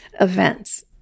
events